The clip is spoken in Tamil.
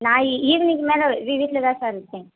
நான் ஈ ஈவினிங்க்கு மேலே வீ வீட்டில தான் சார் இருப்பேன்